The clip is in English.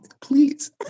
Please